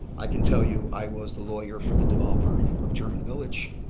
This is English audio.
i can tell you i was the lawyer for the developer of german village.